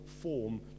form